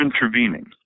intervening